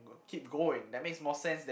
keep going that makes more sense than